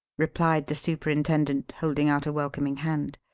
replied the superintendent, holding out a welcoming hand.